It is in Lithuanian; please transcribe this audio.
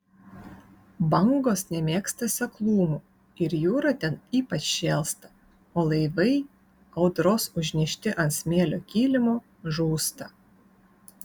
bangos nemėgsta seklumų ir jūra ten ypač šėlsta o laivai audros užnešti ant smėlio kilimo žūsta